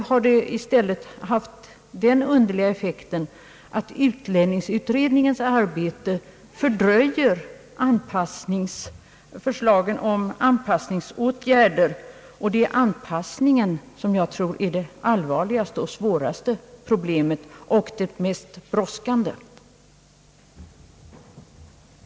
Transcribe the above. Nu har effekten i stället blivit, att bearbetningen av utlänningsutredningens förslag fördröjer förslagen om anpassningsåtgärder. Och det är anpassningen som enligt min mening innefattar de allvarligaste och svåraste och mest brådskande problemen.